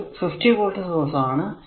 ഇതൊരു 50 volt source ആണ്